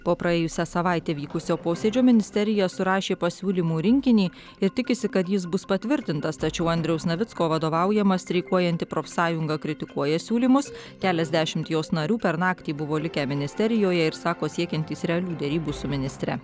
po praėjusią savaitę vykusio posėdžio ministerija surašė pasiūlymų rinkinį ir tikisi kad jis bus patvirtintas tačiau andriaus navicko vadovaujama streikuojanti profsąjunga kritikuoja siūlymus keliasdešimt jos narių per naktį buvo likę ministerijoje ir sako siekiantys realių derybų su ministre